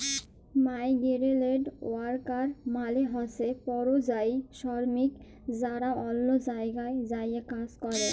migrant worker মালে হছে পরিযায়ী শরমিক যারা অল্য জায়গায় যাঁয়ে কাজ ক্যরে